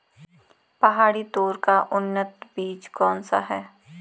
पहाड़ी तोर का उन्नत बीज कौन सा है?